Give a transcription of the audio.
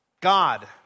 God